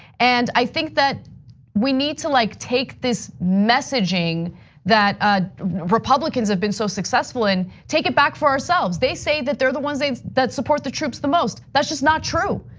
and i think that we need to like take this messaging that ah republicans have been so successful in, take it back for ourselves. they say that they're the ones that support the troops the most, that's just not true.